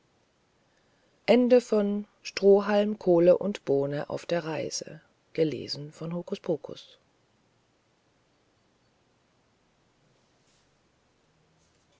strohhalm kohle und bohne auf der reise